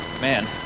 man